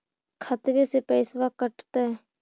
खतबे से पैसबा कटतय?